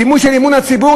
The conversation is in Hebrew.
דימוי של אמון הציבור,